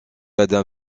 adam